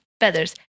feathers